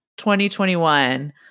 2021